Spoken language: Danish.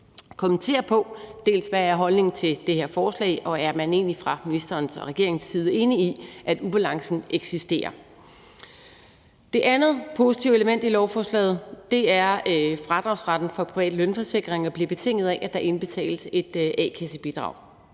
kommenterer på, altså dels hvad der er holdningen til det her forslag, dels om man fra ministerens og regeringens side egentlig er enige i, at ubalancen eksisterer. Det andet positive element i lovforslaget er, at fradragsretten for private lønforsikringer bliver betinget af, at der indbetales et a-kassebidrag.